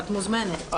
את מוזמנת.